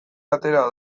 atera